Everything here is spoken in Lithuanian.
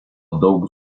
daug